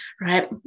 right